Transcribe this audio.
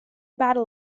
battle